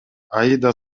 аида